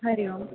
Hari Om